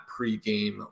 pregame